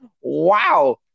wow